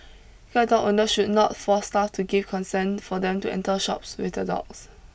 guide dog owner should not force staff to give consent for them to enter shops with their dogs